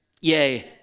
Yay